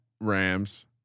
Rams